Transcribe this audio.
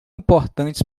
importantes